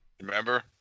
Remember